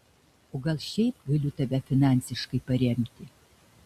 o gal šiaip galiu tave finansiškai paremti